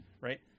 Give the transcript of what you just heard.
right